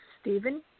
Stephen